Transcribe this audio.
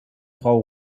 frau